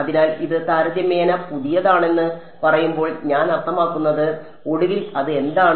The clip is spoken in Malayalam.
അതിനാൽ ഇത് താരതമ്യേന പുതിയതാണെന്ന് പറയുമ്പോൾ ഞാൻ അർത്ഥമാക്കുന്നത് അതാണ് ഒടുവിൽ അത് എന്താണ്